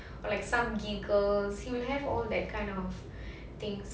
or like some giggles he will have all that kind of things lah